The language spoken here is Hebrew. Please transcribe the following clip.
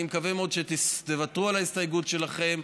אני מקווה מאוד שתוותרו על ההסתייגות שלכם,